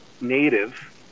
native